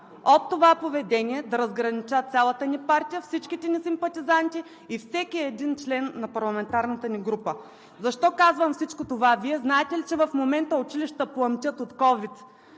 от това поведение, да разгранича цялата ни партия, всичките ни симпатизанти и всеки един член на парламентарната ни група. Защо казвам всичко това? Вие знаете ли, че в момента училищата пламтят от ковид?